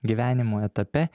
gyvenimo etape